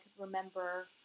remember